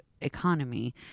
economy